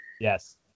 Yes